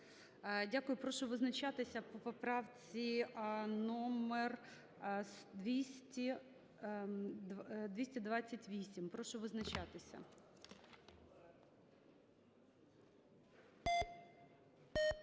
Дякую. Прошу визначатися по поправці 234. Прошу визначатися.